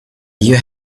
you